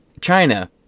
China